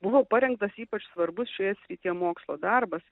buvo parengtas ypač svarbus šias iki mokslo darbas